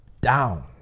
down